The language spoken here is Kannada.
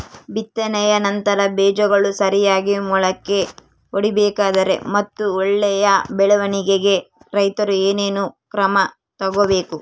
ಬಿತ್ತನೆಯ ನಂತರ ಬೇಜಗಳು ಸರಿಯಾಗಿ ಮೊಳಕೆ ಒಡಿಬೇಕಾದರೆ ಮತ್ತು ಒಳ್ಳೆಯ ಬೆಳವಣಿಗೆಗೆ ರೈತರು ಏನೇನು ಕ್ರಮ ತಗೋಬೇಕು?